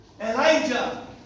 Elijah